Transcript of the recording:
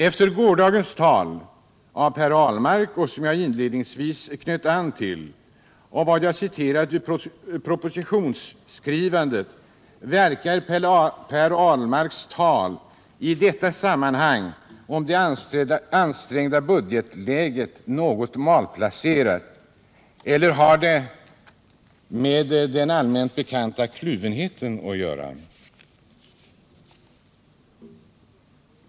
Efter gårdagens tal av Per Ahlmark, som jag inledningsvis knöt an till, och vad jag citerat ur propositionsskrivandet verkar Per Ahlmarks tal om det ansträngda budgetläget något malplacerat i detta sammanhang. Eller har det med den allmänt bekanta kluvenheten att göra?